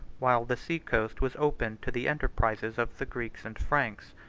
while the sea-coast was open to the enterprises of the greeks and franks,